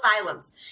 asylums